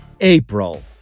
April